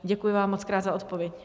Děkuji vám mockrát za odpověď.